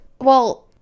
Well-